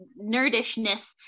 nerdishness